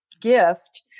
gift